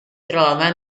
trova